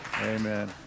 amen